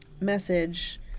message